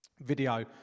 video